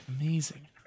Amazing